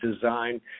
design